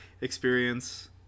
Experience